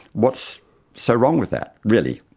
what's so wrong with that really?